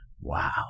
Wow